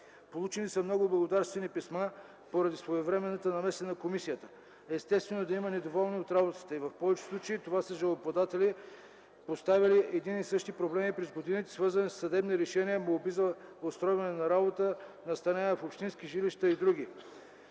Получени са много благодарствени писма поради своевременната намеса на комисията. Естествено е и да има недоволни от работата й. В повечето случаи това са жалбоподаватели, поставяли едни и същи проблеми през годините, свързани със съдебни решения, молби за устройване на работа, настаняване в общински жилища и др.